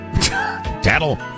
Tattle